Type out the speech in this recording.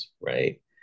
right